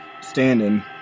standing